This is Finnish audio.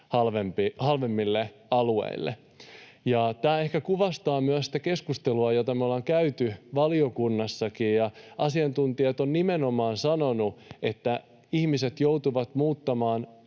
halvemmille alueille. Tämä ehkä kuvastaa myös sitä keskustelua, jota me ollaan käyty valiokunnassakin, ja asiantuntijat ovat nimenomaan sanoneet, että ihmiset joutuvat muuttamaan